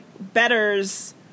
betters